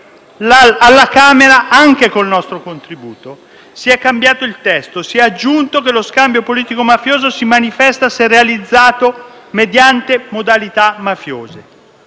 Alla Camera, anche col nostro contributo, si è cambiato il testo e si è aggiunto che lo scambio politico-mafioso si manifesta se è realizzato mediante modalità mafiose.